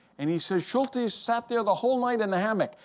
and he says, schultes sat there the whole night in the hammock,